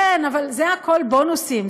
כן, אבל זה הכול בונוסים.